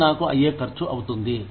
ఇది నాకు అయ్యే ఖర్చు అవుతుంది